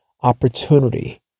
opportunity